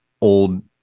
old